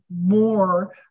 more